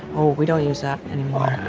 oh we don't use up anymore.